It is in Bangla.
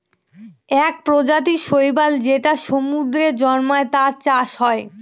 এক প্রজাতির শৈবাল যেটা সমুদ্রে জন্মায়, তার চাষ হয়